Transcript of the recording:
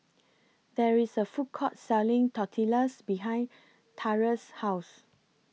There IS A Food Court Selling Tortillas behind Taurus' House